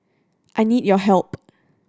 I need your help